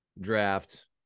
draft